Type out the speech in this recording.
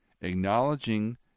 acknowledging